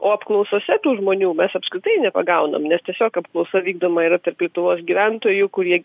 o apklausose tų žmonių mes apskritai nepagaunam nes tiesiog apklausa vykdoma yra tarp lietuvos gyventojų kurie